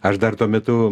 aš dar tuo metu